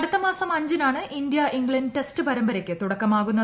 അടുത്ത മാസം അഞ്ചിനാണ് ഇന്ത്യ ഇംഗ്ലണ്ട് ടെസ്റ്റ് പരമ്പരയ്ക്ക് തുടക്കമാകുന്നത്